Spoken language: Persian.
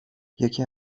یکی